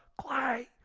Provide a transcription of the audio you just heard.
clay,